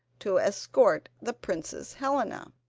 to escort the princess helena.